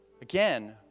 Again